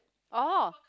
oh